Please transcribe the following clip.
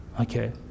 Okay